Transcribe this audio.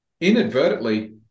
inadvertently